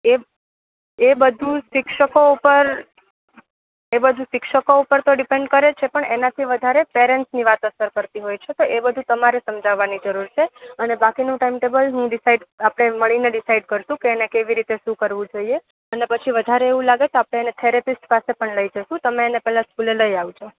એ એ બધું શિક્ષકો ઉપર એ બધું શિક્ષકો ઉપર તો ડીપેન્ડ કરે છે પણ એનાથી વધારે પેરેન્ટસની વાત અસર કરતી હોય છે તો એ બધું તમારે સમજાવાની જરૂર છે અને બાકીનું ટાઈમ ટેબલ હું ડીસાઈડ આપડે મળીને ડીસાઈડ કરશું કે એને કેવી રીતે શું કરવું જોઈએ અને પછી વધારે એવું લાગે તો આપડે એને થેરેપીસ્ટ પાસે પણ લઈ જશું તમે પેલે એને સ્કૂલે લઈ આવજો